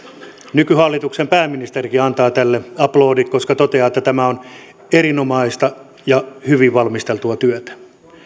nykyhallituksen pääministerikin antaa tälle aplodit koska toteaa että tämä on erinomaista ja hyvin valmisteltua työtä